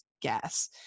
guess